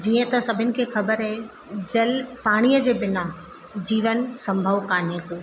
जीअं त सभिनि खे ख़बर आहे जल पाणीअ जे बिना जीवन संभव कोन्हे को